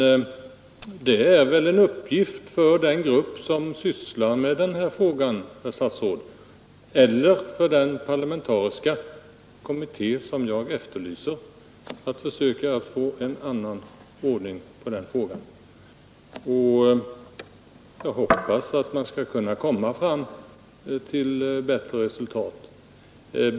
Men det är väl en uppgift för den grupp som sysslar med denna fråga, herr statsråd, eller för den parlamentariska kommitté som jag efterlyser, att försöka åstadkomma en annan ordning. Och jag hoppas att vi så småningom skall komma fram till bättre resultat.